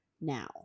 now